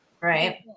right